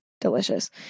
Delicious